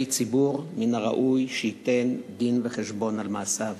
ציבור מן הראוי שייתן דין-וחשבון על מעשיו.